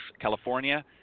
California